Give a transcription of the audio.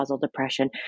depression